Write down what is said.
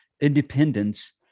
independence